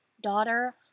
daughter